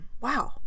wow